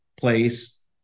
place